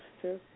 true